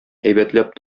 әйбәтләп